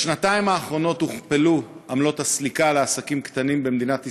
בשנתיים האחרונות הוכפלו עמלות הסליקה לעסקים קטנים במדינת ישראל,